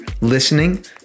listening